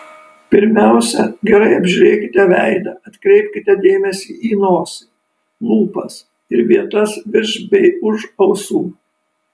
pirmiausia gerai apžiūrėkite veidą atkreipkite dėmesį į nosį lūpas ir vietas virš bei už ausų